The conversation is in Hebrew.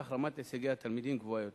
כך רמת הישגי התלמידים גבוהה יותר.